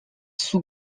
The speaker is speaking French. sous